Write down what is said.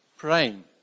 Praying